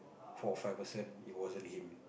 four or five person it wasn't him